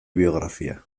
biografia